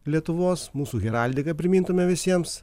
lietuvos mūsų heraldiką primintume visiems